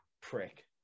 Prick